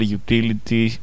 utility